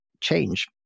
change